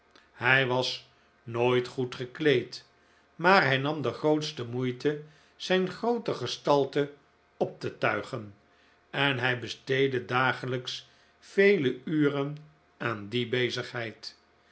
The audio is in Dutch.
hij was nooit goed gekleed maar hij nam de grootste moeite zijn groote gestalte op te tuigen en hij besteedde dagelijks vele uren aan die bezigheid